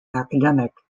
academic